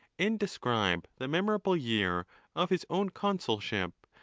and describe the memorable year of his own consul ship,